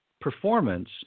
performance